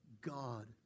God